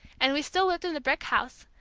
and we still lived in the brick house,